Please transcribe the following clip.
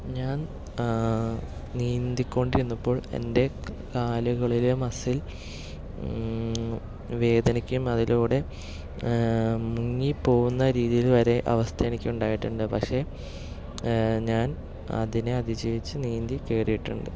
ഞാൻ നീന്തി കൊണ്ടിരുന്നപ്പോൾ എൻ്റെ കാലുകളിലെ മസിൽ വേദനിക്കുകയും അതിലൂടെ മുങ്ങി പോകുന്ന രീതിയില് വരെ അവസ്ഥ എനിക്കുണ്ടായിട്ടുണ്ട് പക്ഷെ ഞാൻ അതിനെ അതി ജീവിച്ച് നീന്തി കയറിയിട്ടുണ്ട്